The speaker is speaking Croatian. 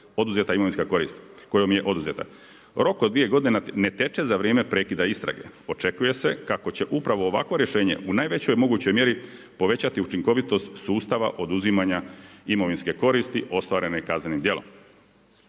oduzeta imovinska korist, kojom je oduzeta. Rok od dvije godine ne teče za vrijeme prekida istrage. Očekuje se kako će upravo ovakvo rješenje u najvećoj mogućoj mjeri povećati učinkovitost sustava oduzimanja imovinske koristi ostvarene kaznenim djelom.